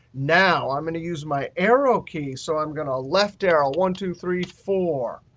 now i'm going to use my arrow key. so i'm going to left arrow, one, two, three, four.